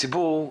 הציבור,